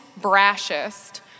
brashest